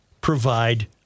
provide